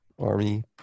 army